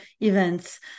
events